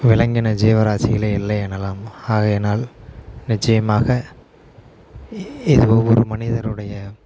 விலங்கின ஜீவராசிகளே இல்லை எனலாம் ஆகையினால் நிச்சயமாக ஏதோ ஒரு மனிதருடைய